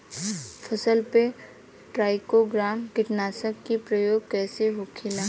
फसल पे ट्राइको ग्राम कीटनाशक के प्रयोग कइसे होखेला?